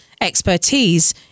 expertise